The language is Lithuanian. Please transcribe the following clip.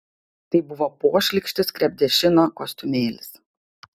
tai buvo pošlykštis krepdešino kostiumėlis